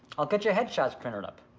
i'll get your head shots printed up,